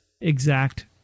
exact